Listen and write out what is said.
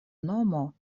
nomo